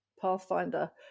Pathfinder